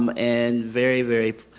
um and very, very,